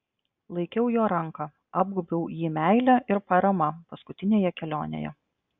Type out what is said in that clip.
laikiau jo ranką apgaubiau jį meile ir parama paskutinėje kelionėje